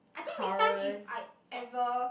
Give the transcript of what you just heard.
I think next time if I ever